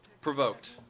provoked